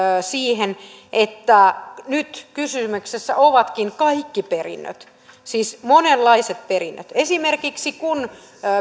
siihen että nyt kysymyksessä ovatkin kaikki perinnöt siis monenlaiset perinnöt esimerkiksi kun